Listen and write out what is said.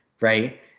right